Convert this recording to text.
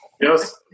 Yes